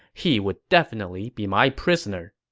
he would definitely be my prisoner.